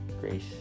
Grace